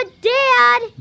Dad